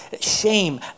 shame